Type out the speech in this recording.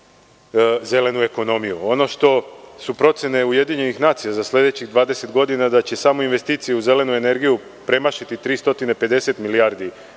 zelenu ekonomiju. Ono što su procene UN za sledećih 20 godina je da će samo investicije u zelenu energiju premašiti 350 milijardi